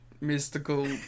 mystical